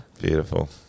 beautiful